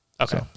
Okay